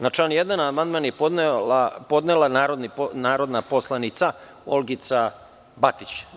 Na član 1. amandman je podnela narodna poslanica Olgica Batić.